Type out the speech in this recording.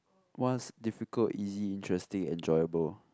what's difficult easy interesting enjoyable